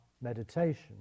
meditation